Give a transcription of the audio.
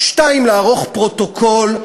2. לערוך פרוטוקול,